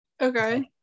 Okay